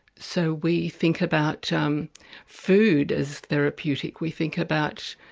so we think about um food as therapeutic, we think about